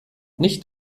nicht